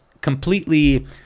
completely